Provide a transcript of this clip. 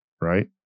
Right